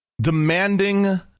Demanding